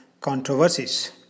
controversies